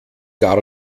gar